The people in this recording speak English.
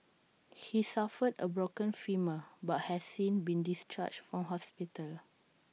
he suffered A broken femur but has seen been discharged from hospital